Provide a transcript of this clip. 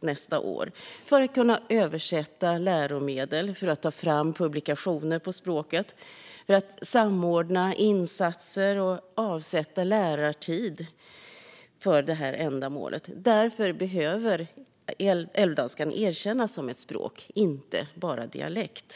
nästa år för att kunna översätta läromedel, ta fram publikationer på språket, samordna insatser och för att avsätta lärartid för undervisning för detta ändamål. Därför behöver älvdalskan erkännas som ett språk och inte bara som en dialekt.